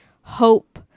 hope